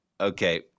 Okay